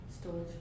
Storage